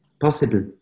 Possible